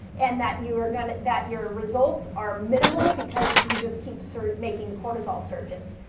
and that you are going to, that your results are minimal because you just keep sur making cortisol surges.